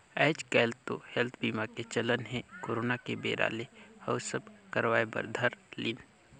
आएज काएल तो हेल्थ बीमा के चलन हे करोना के बेरा ले अउ सब करवाय बर धर लिन